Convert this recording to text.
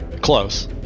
close